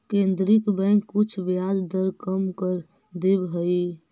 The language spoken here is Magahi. केन्द्रीय बैंक कुछ ब्याज दर कम कर देवऽ हइ